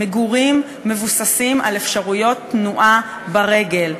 המגורים מבוססים על אפשרויות תנועה ברגל,